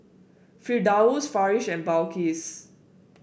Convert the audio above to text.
Firdaus Farish and Balqis